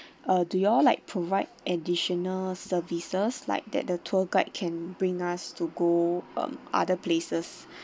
uh do y'all like provide additional services like that the tour guide can bring us to go uh other places